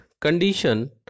condition